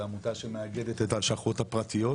זו עמותה שמאגדת את הלשכות הפרטיות.